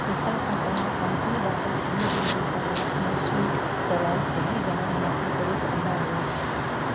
हितां खां तव्हां कंपनी बाबति बी बी बी पारां मौसूल करायल सॼी ॼाणु हासिल करे सघंदा आहियो